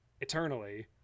eternally